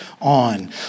on